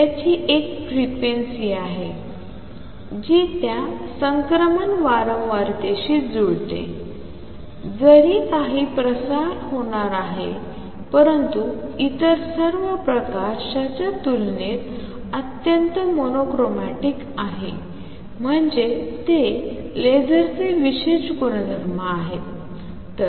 त्याची एक फ्रिक्वेन्सी आहे जी त्या संक्रमण वारंवारतेशी जुळते जरी काही प्रसार होणार आहे परंतु इतर सर्व प्रकाश च्या तुलनेत अत्यंत मोनोक्रोमॅटिक आहे म्हणजे ते लेझरचे विशेष गुणधर्म आहेत